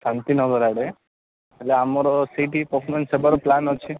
ଶାନ୍ତି ନଗର ଆଡ଼େ ହେଲେ ଆମର ସେଇଠି ପର୍ଫୋମାନ୍ସ ହେବାର ପ୍ଲାନ୍ ଅଛି